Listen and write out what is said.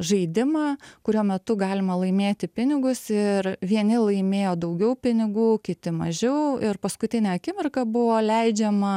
žaidimą kurio metu galima laimėti pinigus ir vieni laimėjo daugiau pinigų kiti mažiau ir paskutinę akimirką buvo leidžiama